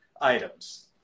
items